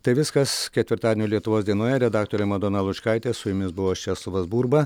tai viskas ketvirtadienio lietuvos dienoje redaktorė madona lučkaitė su jumis buvo česlovas burba